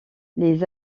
les